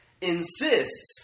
insists